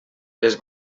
les